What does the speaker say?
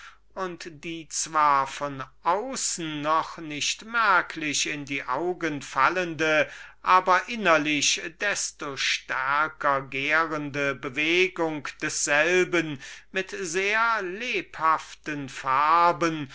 und die zwar von außen noch nicht merklich in die augen fallende aber innerlich desto stärker gärende bewegung desselben mit sehr lebhaften farben